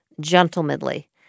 gentlemanly